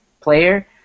player